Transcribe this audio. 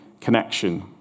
connection